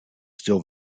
still